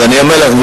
אז אני אומר לך,